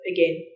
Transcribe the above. Again